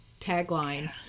tagline